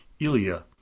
Ilya